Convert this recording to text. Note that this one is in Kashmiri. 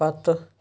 پتہٕ